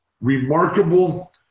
remarkable